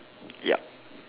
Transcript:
yup